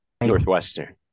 Northwestern